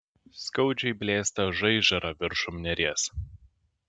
skaudžiai blėsta žaižara viršum neries